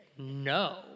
no